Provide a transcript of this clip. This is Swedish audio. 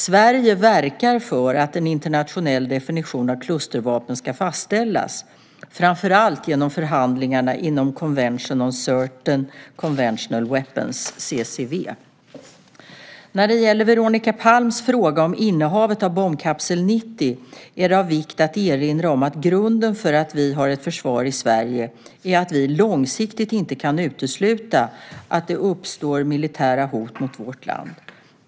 Sverige verkar för att en internationell definition av klustervapen ska fastställas, framför allt genom förhandlingarna inom Convention on Certain Conventional Weapons . När det gäller Veronica Palms fråga om innehavet av bombkapsel 90 är det av vikt att erinra om att grunden för att vi har ett försvar i Sverige är att vi långsiktigt inte kan utesluta att det uppstår militära hot mot vårt land.